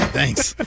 Thanks